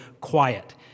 quiet